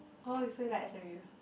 oh you feel like s_m_u